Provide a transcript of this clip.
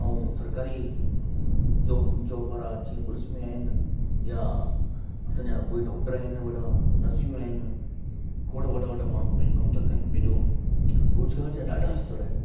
ऐं सरकारी job job वारा जीअं पुलिस में आहिनि या असांजा कोई डॉक्टर आहिनि वॾा नर्सियूं आहिनि खोड़ वॾा वॾा माण्हू पंहिंजो कम ता कनि पंहिंजो रोज़गार जा ॾाढा स्तर आहिनि